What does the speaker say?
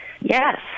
Yes